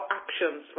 actions